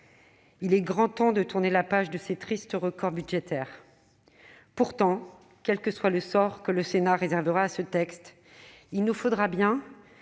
Il est grand temps de tourner la page de ces tristes records budgétaires. Pourtant, quel que soit le sort que le Sénat réservera à ce texte, il nous faudra bien-